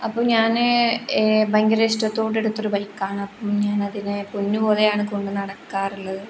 അപ്പോൾ ഞാൻ ഭയങ്കര ഇഷ്ടത്തോണ്ട എടുത്തൊരു ബൈക്കാണ് അപ്പം ഞാനതിനെ പൊന്നു പോലെയാണ് കൊണ്ട് നടക്കാറുള്ളത്